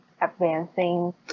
advancing